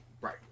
Right